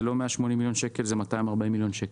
זה לא 180 מיליון שקל, זה 240 מיליון שקל.